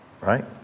Right